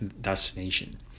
destination